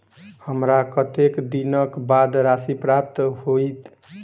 हमरा कत्तेक दिनक बाद राशि प्राप्त होइत?